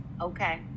Okay